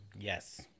Yes